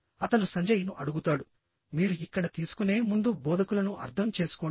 అతను సంజయ్ ను అడుగుతాడు మీరు ఇక్కడ తీసుకునే ముందు బోధకులను అర్థం చేసుకోండి